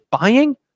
buying